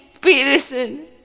Peterson